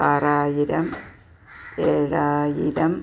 ആറായിരം ഏഴായിരം